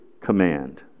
command